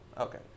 Okay